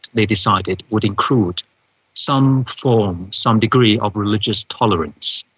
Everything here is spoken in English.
they decided, would include some form, some degree, of religious tolerance.